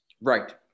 Right